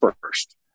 first